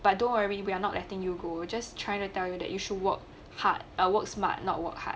but don't worry we are not letting you go just trying to tell you that you should work hard work smart not work hard